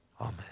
Amen